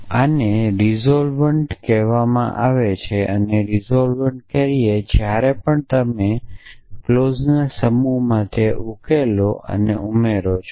આને રિઝોલ્વન્ટ કહેવામાં આપણે આને રિઝોલ્વન્ટ કહીએ છીએ જ્યારે પણ તમે જ્યારે ક્લોઝના સમૂહમાં તે ઉકેલો છો